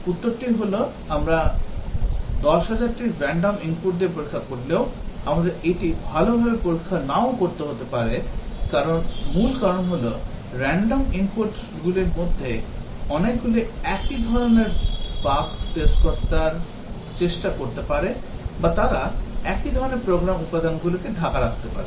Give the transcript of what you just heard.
উত্তরটি হল আমরা 10000 টি random ইনপুট দিয়ে পরীক্ষা করেও আমরা এটি ভালভাবে পরীক্ষা নাও করতে পারি মূল কারণ হল random input গুলির মধ্যে অনেকগুলি একই ধরণের বাগ test করার চেষ্টা করতে পারে বা তারা একই ধরণের প্রোগ্রাম উপাদানগুলিকে ঢাকা রাখতে পারে